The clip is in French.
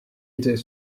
était